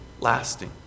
lasting